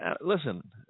Listen